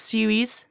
Series